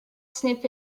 sniff